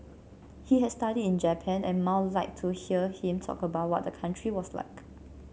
he had studied in Japan and Mao liked to hear him talk about what the country was like